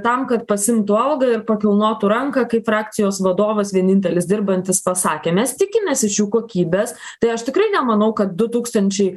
tam kad pasiimtų algą ir pakilnotų ranką kaip frakcijos vadovas vienintelis dirbantis pasakė mes tikimės iš jų kokybės tai aš tikrai nemanau kad du tūkstančiai